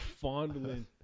Fondling